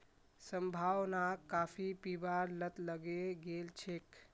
संभावनाक काफी पीबार लत लगे गेल छेक